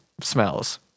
smells